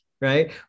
right